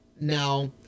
now